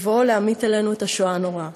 בבואו להמיט עלינו את השואה הנוראה.